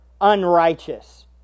unrighteous